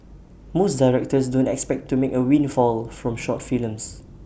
most directors don't expect to make A windfall from short films